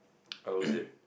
close it